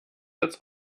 als